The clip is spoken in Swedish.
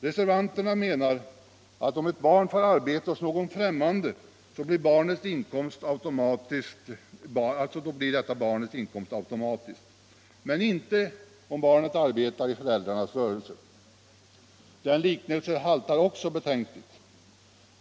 Reservanterna menar att om barn får arbete hos någon utomstående, blir det barnets inkomst automatisk, men det blir den inte om barnet arbetar i föräldrarnas rörelse. Den liknelsen haltar också betänkligt.